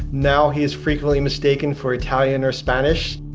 now he is frequently mistaken for italian or spanish.